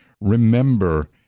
remember